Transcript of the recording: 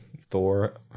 thor